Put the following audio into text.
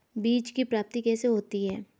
बीज की प्राप्ति कैसे होती है?